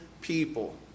people